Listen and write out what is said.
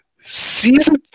Season